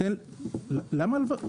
למה הלוואות?